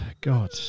god